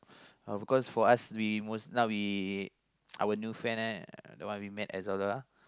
of course for us we most now we our new friend the one we met at Zelda